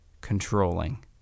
controlling